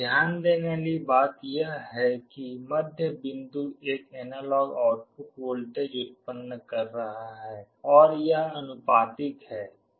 ध्यान देने वाली बात यह है कि मध्य बिंदु एक एनालॉग आउटपुट वोल्टेज उत्पन्न कर रहा है और यह आनुपातिक है